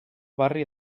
barri